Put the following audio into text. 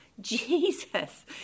Jesus